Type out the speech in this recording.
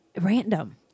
Random